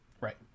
Right